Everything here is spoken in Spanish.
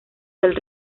del